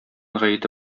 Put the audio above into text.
гаете